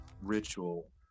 ritual